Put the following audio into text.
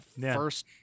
first